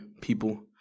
people